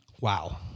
wow